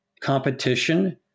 competition